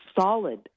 solid